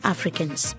Africans